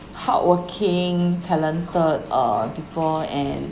hardworking talented uh before and